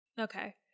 okay